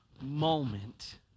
moment